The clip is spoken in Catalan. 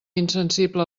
insensible